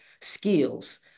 skills